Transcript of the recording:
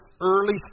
early